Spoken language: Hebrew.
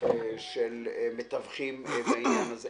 של מתווכים בעניין הזה.